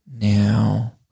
Now